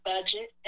budget